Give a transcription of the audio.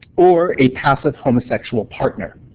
or a passive homosexual partner,